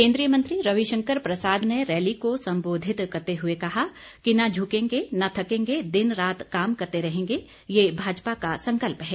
केन्द्रीय मंत्री रविशंकर प्रसाद ने रैली को सम्बोधित करते हुए कहा कि न झुकेंगे न थकेंगे दिन रात काम करते रहेंगे ये भाजपा का संकल्प है